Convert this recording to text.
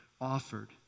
offered